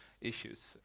issues